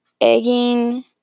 egging